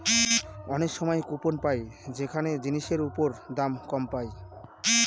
অনেক সময় কুপন পাই যেখানে জিনিসের ওপর দাম কম পায়